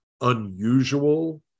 unusual